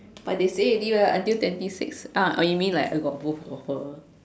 but they say Deloitte until twenty six uh you mean like I got both offer